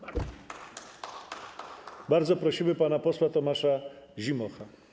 Bardzo prosimy pana posła Tomasza Zimocha.